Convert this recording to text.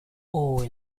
awe